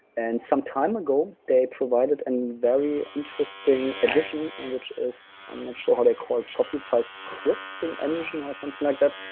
and sometime ago, they provided a and very interesting addition which is i'm not sure how they call it, shopify script, the engine or something like that,